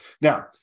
Now